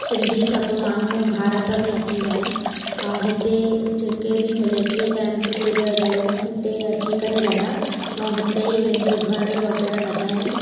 सिंधी सभु माण्हू भारत में अची विया ऐं हिते जेके बि मिलेट्री केंप में रहनि हुते अची करे रहिया ऐं हिते ई पंहिंजो घर वग़ैरह वधायूं